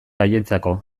haientzako